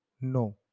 No